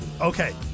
Okay